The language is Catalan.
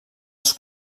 els